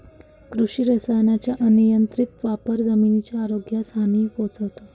कृषी रसायनांचा अनियंत्रित वापर जमिनीच्या आरोग्यास हानी पोहोचवतो